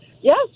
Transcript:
yes